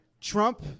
Trump